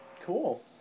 cool